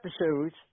episodes